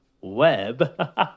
web